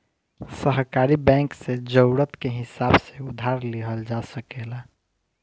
सहकारी बैंक से जरूरत के हिसाब से उधार लिहल जा सकेला